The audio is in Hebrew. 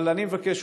אבל אני מבקש,